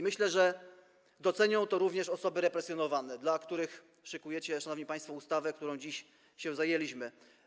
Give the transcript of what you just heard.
Myślę, że docenią to również osoby represjonowane, dla których szykujecie, szanowni państwo, ustawę, którą dziś się zajęliśmy.